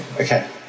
Okay